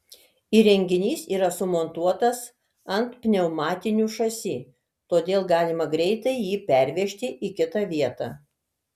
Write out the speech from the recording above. įrenginys yra sumontuotas ant pneumatinių šasi todėl galima greitai jį pervežti į kitą vietą